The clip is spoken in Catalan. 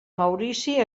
maurici